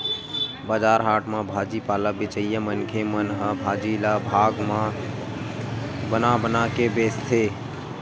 बजार हाट म भाजी पाला बेचइया मनखे मन ह भाजी ल भाग म बना बना के बेचथे